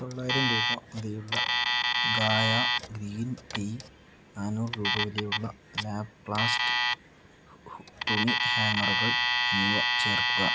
തൊള്ളായിരം രൂപ വിലയുള്ള ഗായാ ഗ്രീൻ ടീ നാന്നൂറ് രൂപ വിലയുള്ള ലാപ്ലാസ്റ്റ് തുണി ഹാംങ്ങറുകൾ എന്നിവ ചേർക്കുക